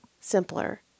simpler